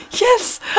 yes